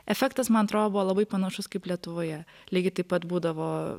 efektas man atro buvo labai panašus kaip lietuvoje lygiai taip pat būdavo